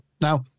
Now